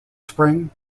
spring